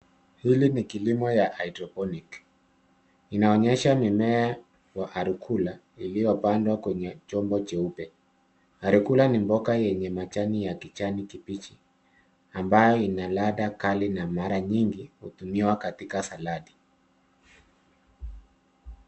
Hili ni kilimo ya hydoponic. Inaonyesha mimea wa arukula iliyopandwa kwenye chombo cheupe. Arukula ni mboga yenye majani ya kijani kibichi ambayo ina ladha kali na mara nyingi hutumiwa katika saladi.